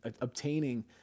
obtaining